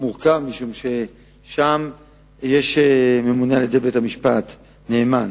יואל חסון שאל את שר הפנים ביום ט"ו באב התשס"ט (5 באוגוסט 2009):